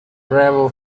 travel